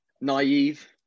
naive